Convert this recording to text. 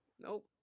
Nope